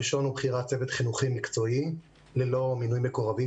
הראשון הוא בחירת צוות חינוכי מקצועי ללא מינוי מקורבים,